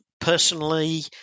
personally